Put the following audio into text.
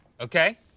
Okay